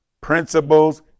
principles